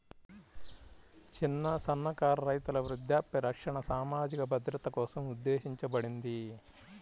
చిన్న, సన్నకారు రైతుల వృద్ధాప్య రక్షణ సామాజిక భద్రత కోసం ఉద్దేశించబడింది